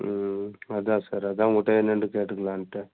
அதுதான் சார் அதுதான் உங்கள்கிட்ட என்னன்டு கேட்டுக்கலான்ட்டு